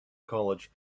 college